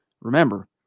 remember